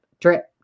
drip